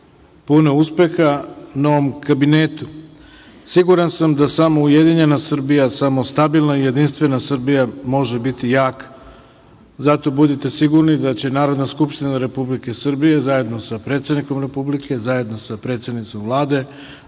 puno uspeha novom kabinetu. Siguran sam da samo ujedinjena Srbija, samo stabilna i jedinstvena Srbija može biti jaka. Zato budite sigurni da će Narodne skupštine Republike Srbije zajedno sa predsednikom Republike, zajedno sa predsednicom Vlade,